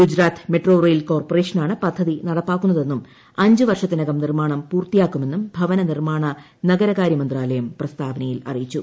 Gujarat metro rail കോർപ്പറേഷനാണ് പദ്ധതി നടപ്പാക്കുന്നതെന്നും അഞ്ച് വർഷത്തിനകം നിർമ്മാണം പൂർത്തിയാക്കുമെന്നും ഭവനനിർമ്മാണ നഗരകാര്യ മന്ത്രാലയം പ്രസ്താവനയിൽ അറിയിച്ചു